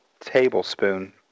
tablespoon